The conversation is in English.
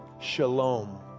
shalom